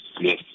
yes